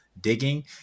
digging